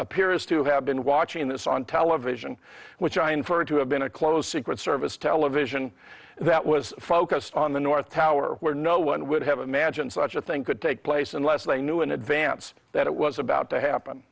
appears to have been watching this on television which i inferred to have been a close secret service television that was focused on the north tower where no one would have imagined such a thing could take place unless they knew in advance that it was about to happen